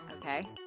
Okay